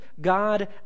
God